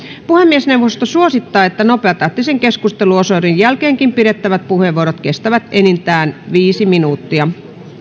puhemiesneuvosto suosittaa että nopeatahtisen keskusteluosuuden jälkeenkin pidettävät puheenvuorot kestävät enintään viisi minuuttia